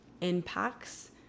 impacts